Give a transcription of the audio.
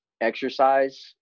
exercise